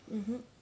mmhmm